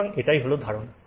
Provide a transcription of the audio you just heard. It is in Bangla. সুতরাং এটাই হল ধারণা